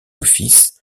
office